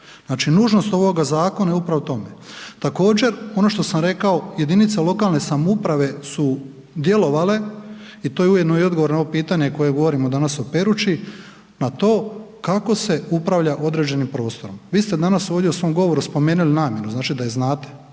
Znači, nužnost ovoga zakona je upravo o tome. Također ono što sam rekao, jedinice lokalne samouprave su djelovale i to je ujedno i odgovor na ovo pitanje koje govorimo danas o Peruči na to kako se upravlja određenim prostorom. Vi ste danas ovdje u svom govoru spomenuli namjenu, znači da je znate,